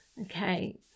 okay